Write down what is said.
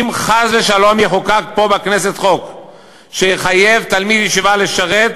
אם חס ושלום יחוקק פה בכנסת חוק שיחייב תלמיד ישיבה לשרת,